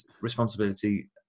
responsibility